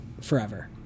forever